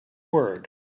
word